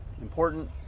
important